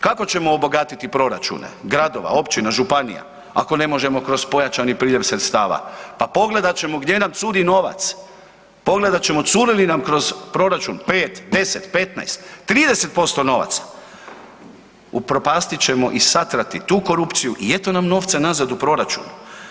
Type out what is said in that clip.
Kako ćemo obogatiti proračune gradova, općina, županija ako ne možemo kroz pojačani priljev sredstava, pa pogledat ćemo gdje nam curi novac, pogledat ćemo curi li nam kroz proračun 5, 10, 15, 30% novaca, upropastit ćemo i satrati tu korupciju i eto nam novca nazad u proračunu.